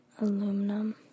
Aluminum